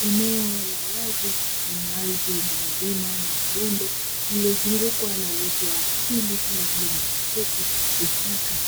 Eneo la wazi lenye ardhi yenye milima na mabonde, lililozungukwa na uoto wa asili kama vile; nyasi fupi, vichaka